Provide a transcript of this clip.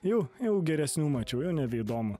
jau jau geresnių mačiau jau nebeįdomu